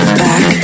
back